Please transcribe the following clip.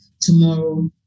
tomorrow